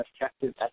effective